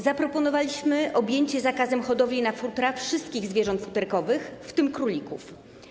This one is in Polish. Zaproponowaliśmy objęcie zakazem hodowli na futra wszystkich zwierząt futerkowych, w tym królików.